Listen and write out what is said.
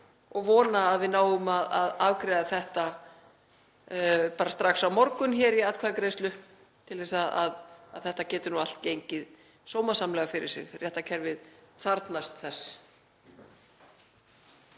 og vona að við náum að afgreiða þetta strax á morgun í atkvæðagreiðslu til að þetta geti allt gengið sómasamlega fyrir sig. Réttarkerfið þarfnast þess.